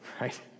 right